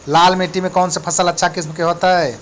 लाल मिट्टी में कौन से फसल अच्छा किस्म के होतै?